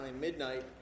midnight